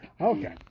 Okay